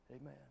Amen